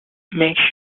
make